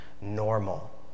normal